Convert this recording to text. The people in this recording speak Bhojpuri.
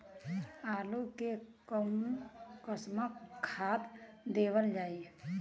आलू मे कऊन कसमक खाद देवल जाई?